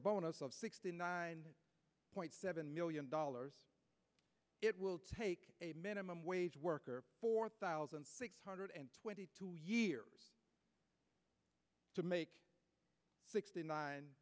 bonus of sixty nine point seven million dollars it will take a minimum wage worker four thousand six hundred twenty two year to make sixty nine